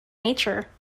nature